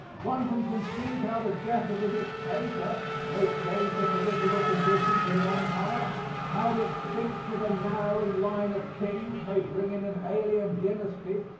one can conceive how the death of a dictator may change the political conditions of an empire how the extinction of a narrowing line of kings may bring in an alien dynasty.